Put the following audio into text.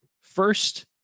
first